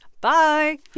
bye